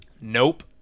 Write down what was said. Nope